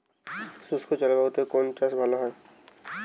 শুষ্ক জলবায়ুতে কোন চাষ ভালো হয়?